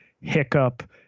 hiccup